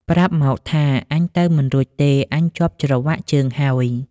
ប្រាប់មកថា "អញទៅមិនរួចទេ អញជាប់ច្រវាក់ជើងហើយ!” ។